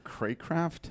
Craycraft